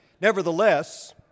nevertheless